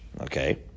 Okay